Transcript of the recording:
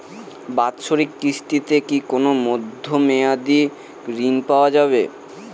বাৎসরিক কিস্তিতে কি কোন মধ্যমেয়াদি ঋণ পাওয়া যায়?